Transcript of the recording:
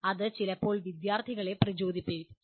അത് ചിലപ്പോൾ വിദ്യാർത്ഥികളെ പ്രചോദിപ്പിക്കും